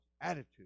attitude